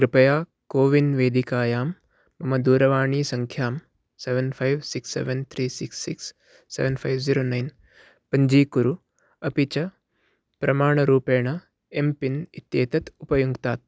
कृपया कोविन् वेदिकायां मम दूरवाणीसङ्ख्यां seven five six seven three six six seven five zero nine पञ्जीकुरु अपि च प्रमाणरूपेण एम्पिन् इत्येतत् उपयुङ्क्तात्